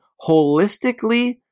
holistically